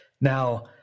Now